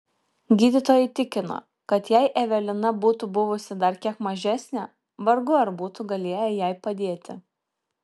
gydytojai tikino kad jei evelina būtų buvusi dar kiek mažesnė vargu ar būtų galėję jai padėti